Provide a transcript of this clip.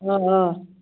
اۭں اۭں